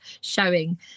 showing